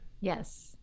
Yes